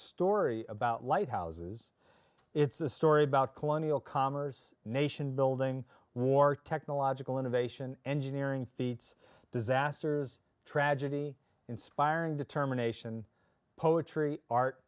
story about lighthouses it's a story about colonial commerce nation building war technological innovation engineering feats disasters tragedy inspiring determination poetry art